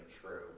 true